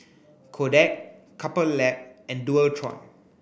Kodak Couple Lab and Dualtron